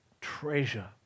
treasure